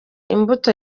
imbuto